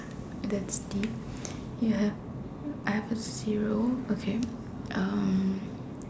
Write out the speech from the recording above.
that's deep yes I have a zero okay um